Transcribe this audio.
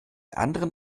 anderen